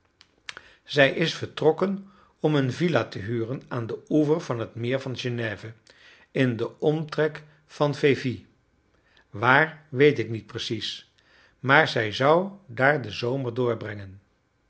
zij is vertrokken om een villa te huren aan den oever van het meer van genève in den omtrek van vevey waar weet ik niet precies maar zij zou daar den zomer doorbrengen